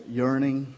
yearning